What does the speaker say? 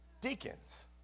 deacons